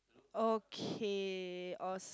okay all